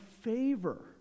favor